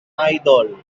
idol